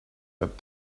but